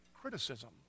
criticism